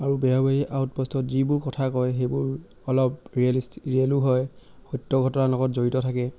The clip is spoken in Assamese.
আৰু বেহৰবাৰী আউটপোষ্টত যিবোৰ কথা কয় সেইবোৰ অলপ ৰিয়েলিষ্টিক ৰিয়েলো হয় সত্য ঘটনাৰ লগত জড়িত থাকে